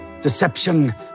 deception